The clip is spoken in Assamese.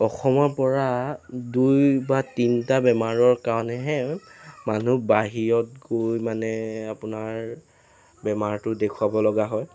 অসমৰ পৰা দুই বা তিনিটা বেমাৰৰ কাৰণেহে মানুহ বাহিৰত গৈ মানে আপোনাৰ বেমাৰটো দেখুৱাব লগা হয়